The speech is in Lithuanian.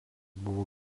buvo